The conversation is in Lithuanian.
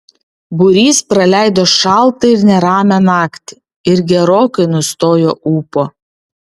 būrys praleido šaltą ir neramią naktį ir gerokai nustojo ūpo